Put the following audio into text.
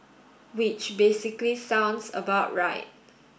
which basically sounds about right